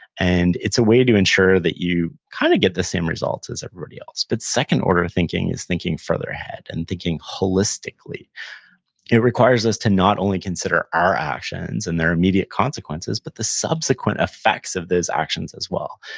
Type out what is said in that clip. and it's a way to ensure that you kind of get the same results as everybody else, but, second order of thinking is thinking further ahead and thinking wholistically, and it requires us to not only consider our actions and their immediate consequences, but the subsequent effects of those actions as well,